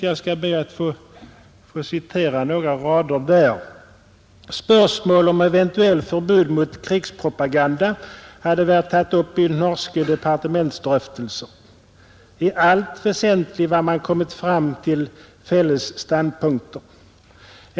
Jag skall be att få citera några rader där: ”Sporsmål om eventuelt forbud mot krigspropaganda hadde vert tatt opp i nordiske departementsdroftelser. ——— I alt vesentlig var man kommet fram til felles standpunkter.